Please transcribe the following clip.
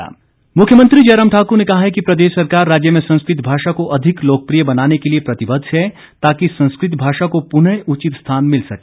जयराम मुख्यमंत्री जयराम ठाकुर ने कहा है कि प्रदेश सरकार राज्य में संस्कृत भाषा को अधिक लोकप्रिय बनाने के लिए प्रतिबद्ध है ताकि संस्कृत भाषा को पुनः उचित स्थान मिल सके